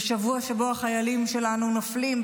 בשבוע שבו החיילים שלנו נופלים,